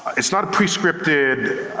it's not a pre-scripted